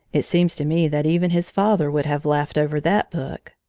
it seems to me that even his father would have laughed over that book.